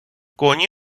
коні